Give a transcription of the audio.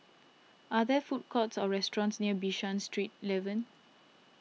are there food courts or restaurants near Bishan Street eleven